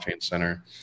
center